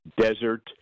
desert